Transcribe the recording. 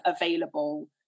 available